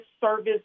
service